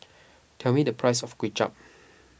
tell me the price of Kuay Chap